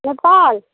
Nepal